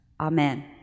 Amen